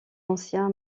ancien